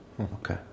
Okay